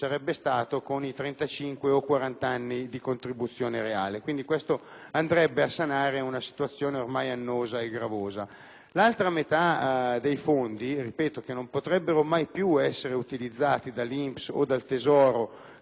l'altra metà dei fondi (che, ripeto, non potrebbero mai più essere utilizzati dall'INPS o dal Tesoro per il pagamento della cassa integrazione: non ve ne sarebbe più la necessità, in quanto dovrà farsene carico la Confederazione elvetica),